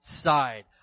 side